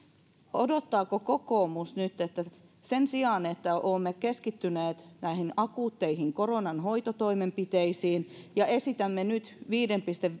odottaako kokoomus nyt että sen sijaan että olemme keskittyneet näihin akuutteihin koronan hoitotoimenpiteisiin ja esitämme nyt viiden